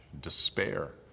despair